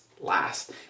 last